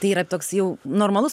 tai yra toks jau normalus